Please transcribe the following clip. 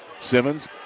Simmons